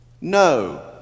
No